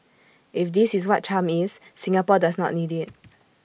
if this is what charm is Singapore does not need IT